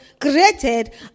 created